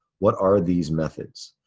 what are these methods?